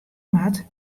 moat